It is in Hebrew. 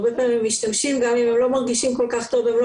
הרבה פעמים הם משתמשים וגם אם הם לא מרגישים כל כך טוב הם לא